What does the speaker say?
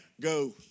Go